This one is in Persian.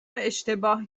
اشتباه